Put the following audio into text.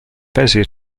bezier